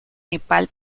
nepal